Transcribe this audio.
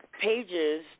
pages